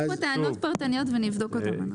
יש פה טענות פרטניות ואנחנו נבדוק אותן.